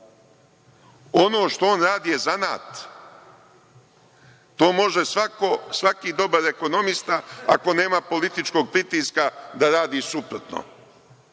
Ono što on radi je zanat. To može svaki dobar ekonomista ako nema političkog pritiska da radi suprotno.